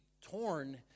torn